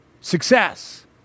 Success